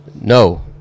No